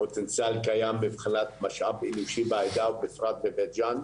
פוטנציאל קיים מבחינת משאבים בעדה ובפרט בבית-ג'ן.